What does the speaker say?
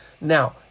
Now